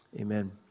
Amen